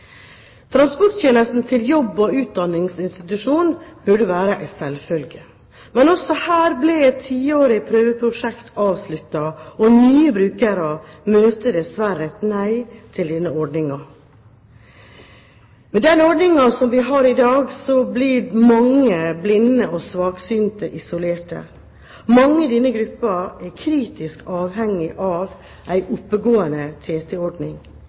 Transporttjenesten til jobb og utdanningsinstitusjon burde være en selvfølge, men også her ble et tiårig prøveprosjekt avsluttet, og nye brukere får dessverre et nei til denne ordningen. Med den ordningen som vi har i dag, blir mange blinde og svaksynte isolerte. Mange i denne gruppen er kritisk avhengige av en oppegående